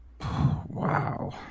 Wow